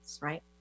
Right